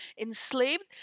enslaved